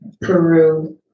Peru